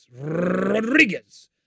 Rodriguez